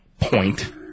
point